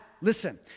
Listen